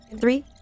three